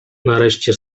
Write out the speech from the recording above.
nareszcie